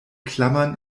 klammern